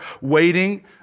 waiting